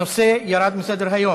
הנושא ירד מסדר-היום.